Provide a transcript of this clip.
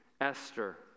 Esther